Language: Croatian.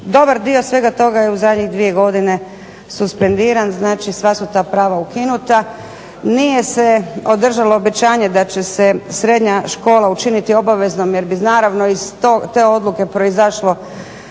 dobar dio svega toga je u zadnje dvije godine suspendiran, znači sva su ta prava ukinuta, nije se održalo obećanje da će se srednja škola učiniti obveznom jer bi naravno iz te odluke proizašla